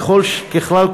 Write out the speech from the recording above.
ככלל,